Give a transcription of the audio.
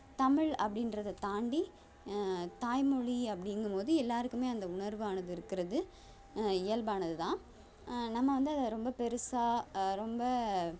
தமிழ் அப்படீன்றதத் தாண்டி தாய்மொழி அப்படீங்கும் போது எல்லோருக்குமே அந்த உணர்வானது இருக்கிறது இயல்பானது தான் நம்ம வந்து அதை ரொம்ப பெருசாக ரொம்ப